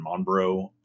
Monbro